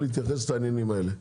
להתייחס לעניינים האלה.